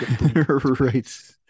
right